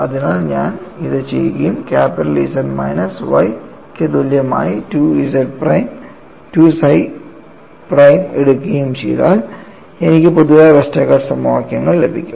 അതിനാൽ ഞാൻ ഇത് ചെയ്യുകയും ക്യാപിറ്റൽ Z മൈനസ് Y ക്ക് തുല്യമായി 2 psi പ്രൈം എടുക്കുകയും ചെയ്താൽ എനിക്ക് പൊതുവായ വെസ്റ്റർഗാർഡ് സമവാക്യങ്ങൾ ലഭിക്കും